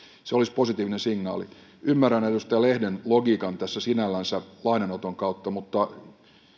se olisi positiivinen signaali ymmärrän edustaja lehden logiikan tässä sinällänsä lainanoton kautta mutta